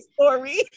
story